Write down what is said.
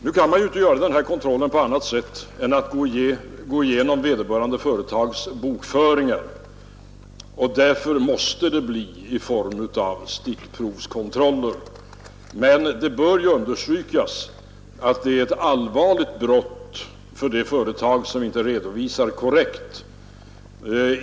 Nu kan man ju inte göra denna kontroll på annat sätt än genom att gå igenom vederbörande företags bokföringar, och därför måste det bli i form av stickprovskontroller. Men det bör understrykas att det är ett allvarligt brott de företag begår som inte redovisar korrekt.